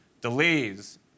delays